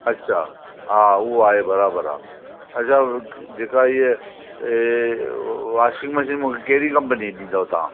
अच्छा हा उहो आहे बराबरि आहे अच्छा जेका हीअ ऐं वॉशिंग मशीन मूंखे केहिड़ी कंपनी जी ॾींदव तव्हां